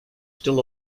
still